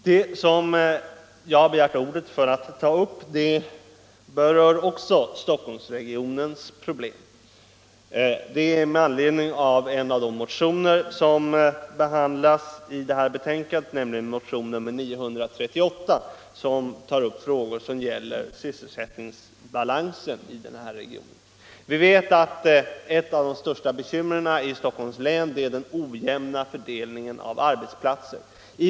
Det som jag begärt ordet för att ta upp berör också Stockholmsregionens problem, och jag anknyter då till en av de motioner som behandlas i förevarande betänkande, nämligen motionen 938. Där tar vi upp frågor om sysselsättningsbalansen i regionen. Vi vet att ett av de största bekymren i Stockholms län är den ojämna fördelningen av arbetsplatserna.